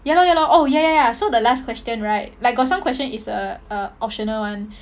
ya lor ya lor oh ya ya ya so the last question right like got some question is uh uh optional [one]